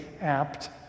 apt